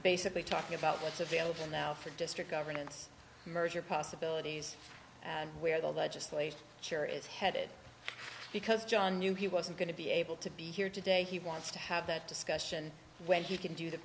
basically talking about what's available now for district governance merger possibilities and where the legislation chair is headed because john knew he wasn't going to be able to be here today he wants to have that discussion when he can do the